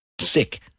Sick